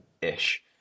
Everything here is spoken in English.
ish